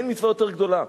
אין מצווה יותר גדולה.